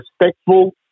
respectful